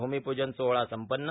मूमिपूजन सोहळा संपन्न